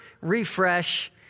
refresh